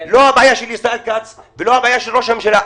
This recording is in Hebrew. לא הבעיה בישראל כץ ולא הבעיה בראש הממשלה,